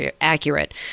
accurate